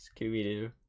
Scooby-Doo